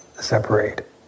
separate